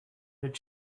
that